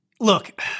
look